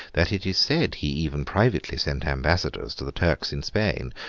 that it is said he even privately sent ambassadors to the turks in spain,